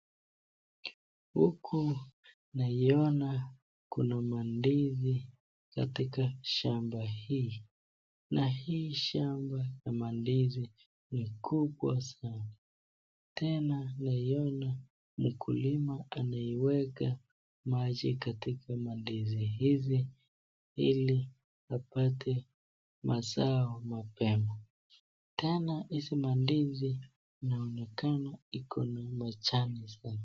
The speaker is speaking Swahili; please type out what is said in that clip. Huku naiona kuna mandizi katika shamba hili na hii shamba ya mandizi ni kubwa sana , tena naiona mkulima ameiweka maji katika mandizi hizi ili apate mazao mapema , tena hizi mandizi inaonekana iko imejaa shamba.